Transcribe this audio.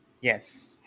Yes